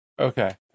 Okay